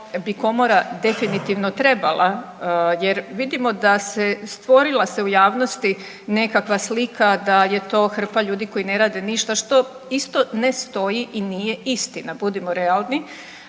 što bi Komora definitivno trebala, jer vidimo da se, stvorila se u javnosti nekakva slika da je to hrpa ljudi koji ne rade ništa što isto ne stoji i nije istina budimo realni.